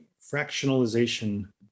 fractionalization